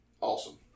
Awesome